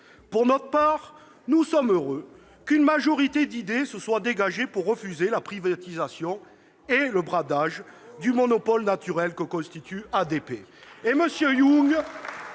Pour notre part, nous sommes heureux qu'une majorité d'idées se soit dégagée pour refuser la privatisation et le bradage du monopole naturel que constitue ADP.